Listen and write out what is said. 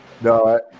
No